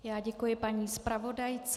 Já děkuji paní zpravodajce.